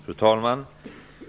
Fru talman!